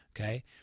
Okay